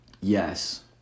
Yes